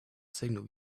signal